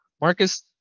Marcus